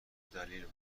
دلیل